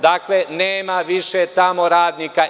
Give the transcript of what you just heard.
Dakle, nema više tamo radnika.